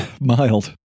mild